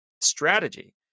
strategy